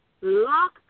lock